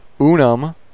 Unum